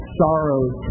sorrows